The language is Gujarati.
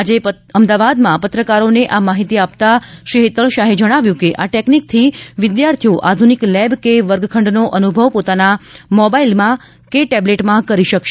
આજે અમદાવાદમાં પત્રકારોને આ માહિતી આપતાં શ્રી હેતલ શાહે જણાવ્યું કે આ ટેકનીકથી વિદ્યાર્થીઓ આધ્રનિક લેબ કે વર્ગ ખંડનો અનુભવ પોતાના મોબાઇલ કે ટેબલેટમાં કરી શકશે